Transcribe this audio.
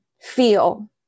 feel